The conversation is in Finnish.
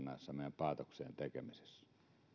näissä meidän päätöksien tekemisessä